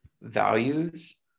values